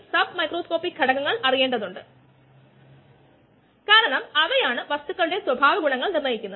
ഇപ്പോൾ closed ended problem പരിഹരിക്കുന്നതിന് നമ്മൾ അത്തരം ചില ആശയങ്ങൾ ഉപയോഗിക്കും